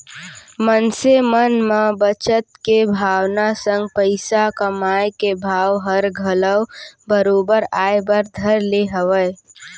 मनसे मन म बचत के भावना संग पइसा कमाए के भाव हर घलौ बरोबर आय बर धर ले हवय